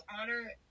honor